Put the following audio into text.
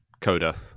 Coda